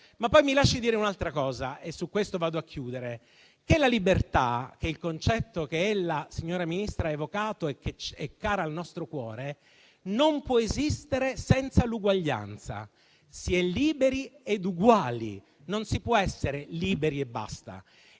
Mi lasci dire un'altra cosa, e mi avvio alla conclusione. La libertà, quel concetto che ella, signora Ministra, ha evocato e che è caro al nostro cuore, non può esistere senza l'uguaglianza: si è liberi e uguali; non si può essere liberi e basta.